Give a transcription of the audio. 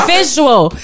visual